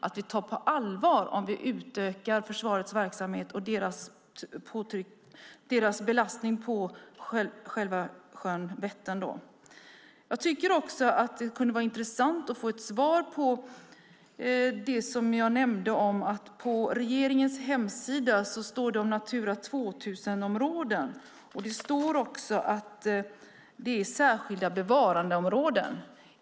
Det är viktigt att vi tar försvarets utökning av sin verksamhet och belastningen på sjön Vättern på allvar. Det kunde också vara intressant att få en kommentar till det jag nämnde om att det står om Natura 2000-områden på regeringens hemsida. Det står att det är särskilda bevarandeområden.